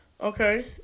Okay